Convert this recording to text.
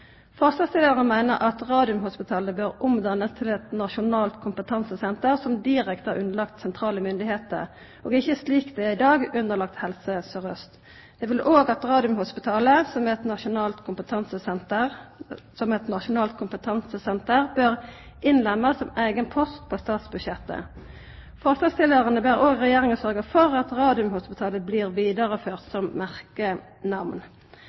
Forslagsstillarane meiner at Radiumhospitalet bør omdannast til eit nasjonalt kompetansesenter som direkte er underlagt sentrale myndigheiter, og ikkje, slik det er i dag, underlagt Helse Sør-Aust. Dei vil òg at Radiumhospitalet, som eit nasjonalt kompetansesenter, bør innlemmast som eigen post på statsbudsjettet. Forslagsstillarane ber òg Regjeringa sørgja for at «Radiumhospitalet» blir vidareført